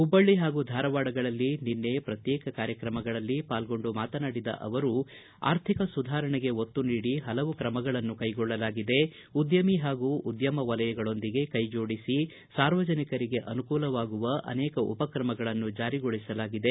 ಹುಬ್ಬಳ್ಳಿ ಹಾಗೂ ಧಾರವಾಡಗಳಲ್ಲಿ ನಿನ್ನೆ ಪ್ರಕ್ತೇಕ ಕಾರ್ಯಕ್ರಮಗಳಲ್ಲಿ ಪಾಲ್ಗೊಂಡು ಮಾತನಾಡಿದ ಅವರು ಆರ್ಥಿಕ ಸುಧಾರಣೆಗೆ ಒತ್ತು ನೀಡಿ ಪಲವು ಕ್ರಮಗಳನ್ನು ಕೈಗೊಳ್ಳಲಾಗಿದೆ ಉದ್ದಮಿ ಹಾಗೂ ಉದ್ದಮ ವಲಯಗಳೊಂದಿಗೆ ಕೈ ಜೋಡಿಸಿ ಸಾರ್ವಜನಿಕರಿಗೆ ಅನುಕೂಲವಾಗುವ ಅನೇಕ ಉಪಕ್ರಮಗಳನ್ನು ಜಾರಿಗೊಳಿಸಲಾಗಿದೆ